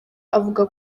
avuga